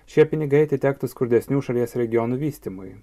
šie pinigai atitektų skurdesnių šalies regionų vystymui